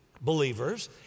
believers